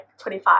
25